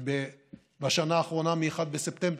בשנה האחרונה, מ-1 בספטמבר.